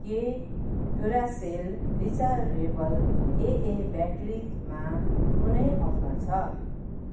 के Duracell rechargeable AA ब्याट्रिजमा कुनै अफर छ